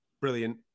Brilliant